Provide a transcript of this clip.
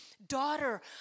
daughter